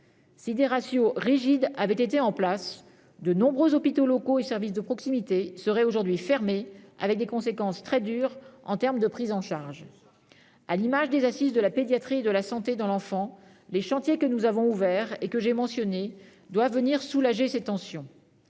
Si des ratios rigides avaient été en place, de nombreux hôpitaux locaux et services de proximité seraient aujourd'hui fermés, avec des conséquences très dures en termes de prise en charge. Il y a déjà des fermetures ! À l'instar des Assises de la pédiatrie et de la santé de l'enfant, les chantiers que nous avons ouverts, et que j'ai mentionnés, doivent venir soulager ces tensions,